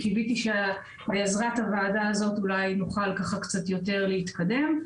קיוויתי שבעזרת הוועדה הזו נוכל אולי קצת יותר להתקדם.